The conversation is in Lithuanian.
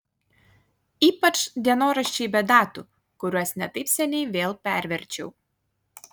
ypač dienoraščiai be datų kuriuos ne taip seniai vėl perverčiau